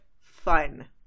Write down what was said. fun